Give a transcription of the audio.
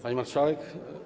Pani Marszałek!